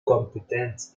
kompetenz